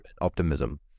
optimism